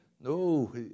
No